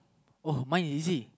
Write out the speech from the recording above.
oh my easy